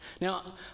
Now